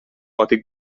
gòtic